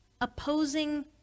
opposing